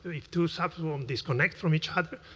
if two so two um disconnect from each other,